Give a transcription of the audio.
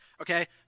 Okay